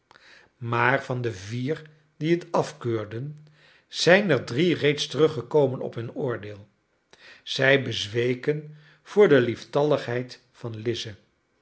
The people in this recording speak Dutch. maar van de vier die het afkeurden zijn er drie reeds terruggekomen op hun oordeel zij bezweken voor de lieftalligheid van lize